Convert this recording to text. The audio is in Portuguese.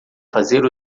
fazer